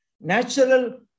natural